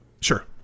Sure